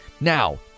Now